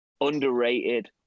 underrated